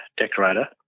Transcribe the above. decorator